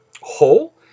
hole